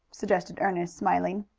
suggested ernest, smiling.